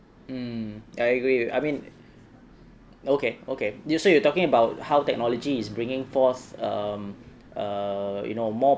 mm I agree I mean okay okay so you are talking about how technology is bringing force um uh you know more